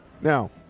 Now –